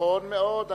נכון מאוד.